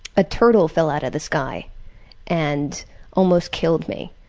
a turtle fell out of the sky and almost killed me.